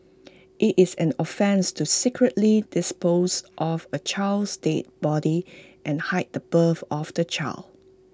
IT is an offence to secretly dispose of A child's dead body and hide the birth of the child